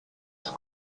das